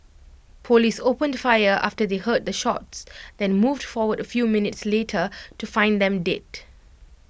Police opened fire after they heard the shots then moved forward A few minutes later to find them dead